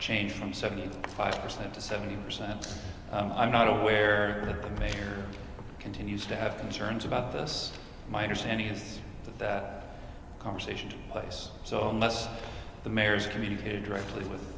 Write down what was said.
change from seventy five percent to seventy percent i'm not aware of the major continues to have concerns about us my understanding is that conversation took place so unless the mayor has communicated directly with